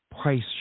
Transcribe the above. price